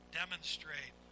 demonstrate